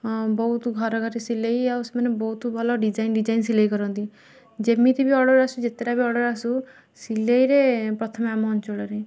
ବହୁତୁ ଘର ଘର ସିଲାଇ ଆଉ ସେମାନେ ବହୁତ ଭଲ ଡିଜାଇନ୍ ଡିଜାଇନ୍ ସିଲେଇ କରନ୍ତି ଯେମିତି ବି ଅର୍ଡ଼ର ଆସୁ ଯେତେଟା ବି ଅର୍ଡ଼ର ଆସୁ ସିଲାଇରେ ପ୍ରଥମେ ଆମ ଅଞ୍ଚଳରେ